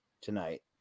tonight